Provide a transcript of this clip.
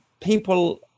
people